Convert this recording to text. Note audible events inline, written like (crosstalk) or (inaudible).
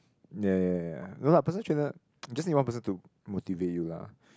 yea yea yea yea no lah personal trainer (noise) just need one person to motivate you lah